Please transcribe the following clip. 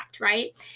right